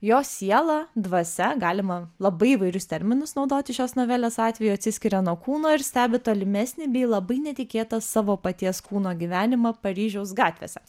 jo siela dvasia galima labai įvairius terminus naudoti šios novelės atveju atsiskiria nuo kūno ir stebi tolimesnį bei labai netikėtą savo paties kūno gyvenimą paryžiaus gatvėse